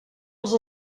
els